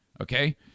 Okay